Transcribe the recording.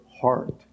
heart